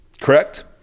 correct